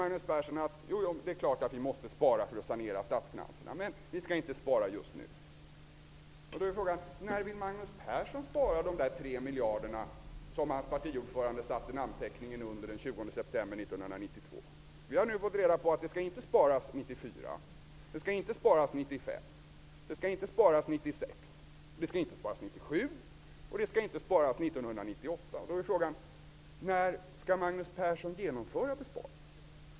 Magnus Persson sade att det är klart att vi måste spara för att sanera statsfinanserna, men att vi inte skall spara just nu. Då är frågan: När vill Magnus Persson spara de 3 miljarderna som hans partiordförande satte sin namnteckning under den 20 september 1992? Han vill inte att det skall sparas 1994. Det skall inte sparas 1995, 1996, 1997 och det skall inte sparas 1998. När vill Magnus Persson genomföra besparingen?